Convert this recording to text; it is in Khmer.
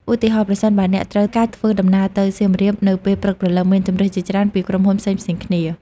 ឧទាហរណ៍ ប្រសិនបើអ្នកត្រូវការធ្វើដំណើរទៅសៀមរាបនៅពេលព្រឹកព្រលឹម មានជម្រើសជាច្រើនពីក្រុមហ៊ុនផ្សេងៗគ្នា។